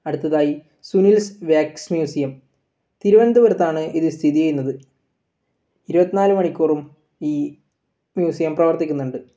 അടുത്തതായി Sunil's wax museum തിരുവനന്തപുരത്താണ് ഇത് സ്ഥിതിചെയ്യുന്നത് ഇരുപത്തി നാല് മണിക്കൂറും ഈ മ്യൂസിയം പ്രവർത്തിക്കുന്നുണ്ട്